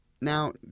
now